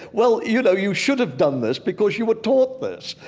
well, you know, you should have done this because you were taught this.